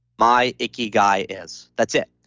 my ikigai is. that's it.